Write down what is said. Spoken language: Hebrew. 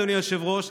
אדוני היושב-ראש,